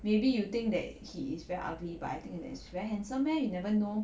maybe you think that he is very ugly but I think that he's very handsome meh you never know